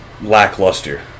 lackluster